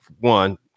one